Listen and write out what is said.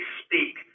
speak